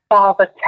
Father